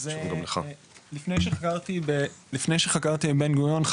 אז לפני שחקרתי עם בן גוריון,